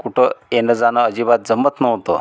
कुठं येणं जाणं अजिबात जमत नव्हतं